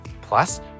Plus